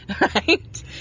Right